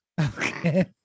Okay